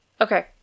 okay